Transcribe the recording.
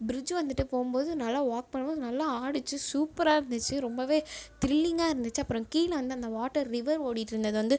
bridge வந்துட்டு போகும் போது நல்லா வாக் பண்ணும் போது நல்லா ஆடிச்சு சூப்பராக இருந்துச்சு ரொம்பவே த்ரில்லிங்காக இருந்துச்சு அப்புறம் கீழே வந்து அந்த வாட்டர் ரிவர் ஓடிட்டிருந்தது வந்து